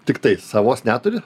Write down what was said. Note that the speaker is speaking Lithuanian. tiktai savos neturi